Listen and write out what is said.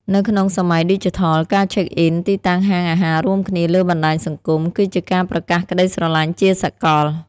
នៅក្នុងសម័យឌីជីថល ការឆែកអ៊ិន (Check-in) ទីតាំងហាងអាហាររួមគ្នាលើបណ្ដាញសង្គម គឺជាការប្រកាសក្ដីស្រឡាញ់ជាសកល។